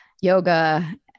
yoga